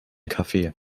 kaffee